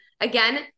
again-